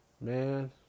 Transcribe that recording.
man